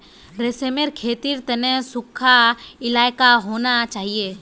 रेशमेर खेतीर तने सुखा इलाका होना चाहिए